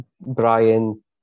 Brian